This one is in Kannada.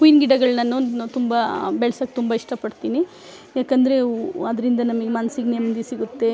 ಹೂವಿನ ಗಿಡಗಳು ನಾನು ತುಂಬ ಬೆಳ್ಸೋಕೆ ತುಂಬ ಇಷ್ಟ ಪಡ್ತೀನಿ ಯಾಕಂದರೆ ಹೂವು ಅದ್ರಿಂದ ನಮಗೆ ಮನ್ಸಿಗೆ ನೆಮ್ಮದಿ ಸಿಗುತ್ತೆ